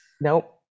nope